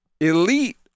Elite